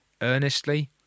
earnestly